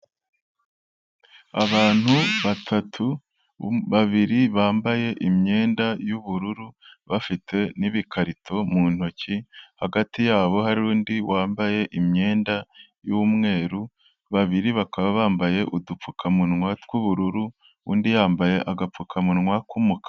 Abantu batatu babiri bambaye imyenda y'ubururu bafite n'ibikarito mu ntoki, hagati yabo hari undi wambaye imyenda y'umweru, babiri bakaba bambaye udupfukamunwa tw'ubururu, undi yambaye agapfukamunwa k'umukara.